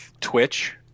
Twitch